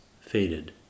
faded